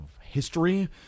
history